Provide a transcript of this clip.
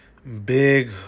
Big